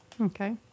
Okay